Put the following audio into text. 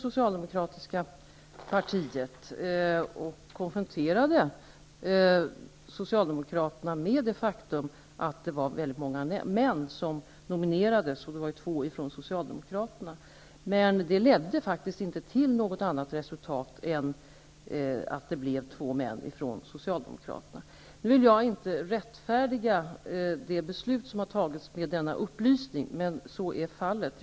Socialdemokraterna med det faktum att det var väldigt många män som nominerats, två från socialdemokraterna. Men det ledde inte till något annat resultat än att det blev två män från Nu vill jag inte rättfärdiga det beslut som har fattats med denna upplysning, men så är fallet.